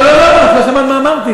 לא לא לא, את לא שמעת מה אמרתי.